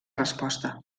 resposta